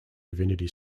divinity